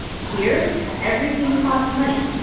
here, yeah but yeah everything costs money.